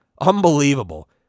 Unbelievable